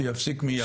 שיפסיק מיד.